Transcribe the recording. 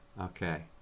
okay